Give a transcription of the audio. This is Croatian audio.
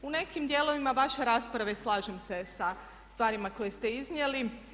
U nekim dijelovima vaše rasprave slažem se sa stvarima koje ste iznijeli.